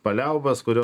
paliaubas kurio